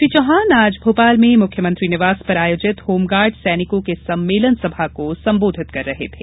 श्री चौहान आज भोपाल में मुख्यमंत्री निवास पर आयोजित होमगार्ड सैनिकों के सम्मेलन को सम्बोधित कर रहे थे